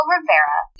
Rivera